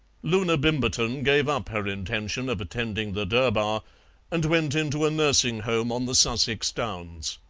loona bimberton gave up her intention of attending the durbar and went into a nursing-home on the sussex downs.